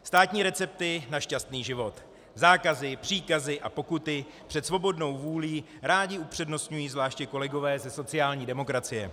Státní recepty na šťastný život, zákazy, příkazy a pokuty před svobodnou vůlí rádi upřednostňují zvláště kolegové ze sociální demokracie.